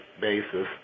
basis